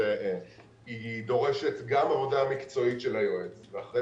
שהיא דורשת גם עבודה מקצועית של היועץ ואחר